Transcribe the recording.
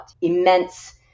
Immense